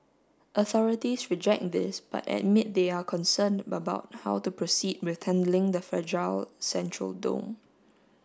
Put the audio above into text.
authorities reject this but admit they are concerned about how to proceed with handling the fragile central dome